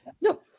No